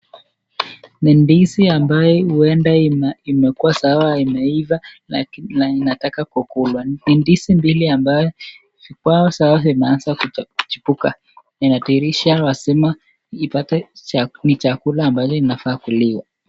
ni ndizi ambaye uenda imekuwa sawa imeiva na inanataka kukulwa ni ndizi mbili ambayo imeanza kuchipuka inadhirisha ipate ni chakula ambalo linafa kukuliwa